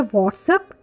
WhatsApp